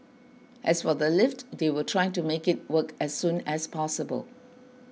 as for the lift they will try to make it work as soon as possible